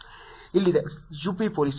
ಇಲ್ಲಿದೆ UP police